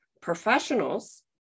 professionals